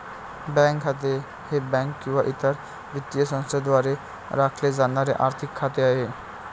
bank खाते हे bank किंवा इतर वित्तीय संस्थेद्वारे राखले जाणारे आर्थिक खाते आहे